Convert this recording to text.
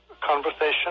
conversation